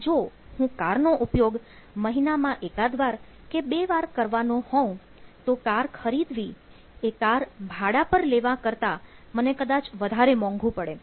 પણ જો હું કારનો ઉપયોગ મહિનામાં એકાદવાર કે બે વાર કરવાનો હોઉં તો કાર ખરીદવી એ કાર ભાડા પર લેવા કરતાં મને કદાચ વધારે મોંઘુ પડે